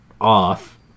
off